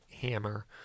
hammer